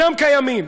אינם קיימים.